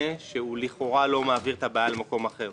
שהוא לכאורה לא מעביר את הבעיה למקום אחר.